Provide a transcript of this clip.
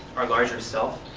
our larger self,